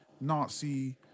Nazi